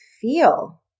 feel